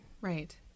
right